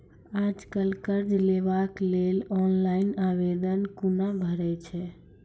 आज कल कर्ज लेवाक लेल ऑनलाइन आवेदन कूना भरै छै?